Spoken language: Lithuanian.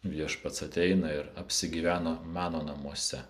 viešpats ateina ir apsigyveno mano namuose